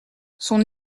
son